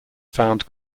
found